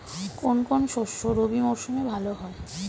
কোন কোন শস্য রবি মরশুমে ভালো হয়?